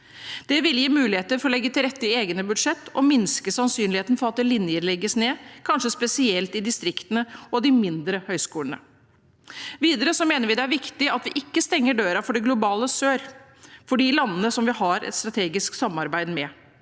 Det vil gi muligheter for å legge til rette i egne budsjetter og minske sannsynligheten for at linjer legges ned, kanskje spesielt i distriktene og ved de mindre høyskolene. Videre mener vi det er viktig at vi ikke stenger døren for det globale sør, for de landene som vi har et strategisk samarbeid med.